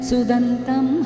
Sudantam